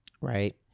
right